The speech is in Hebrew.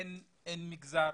אין מגזר,